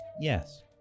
Yes